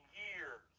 years